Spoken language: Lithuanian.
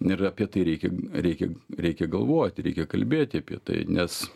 ir apie tai reikia reikia reikia galvot reikia kalbėti apie tai nes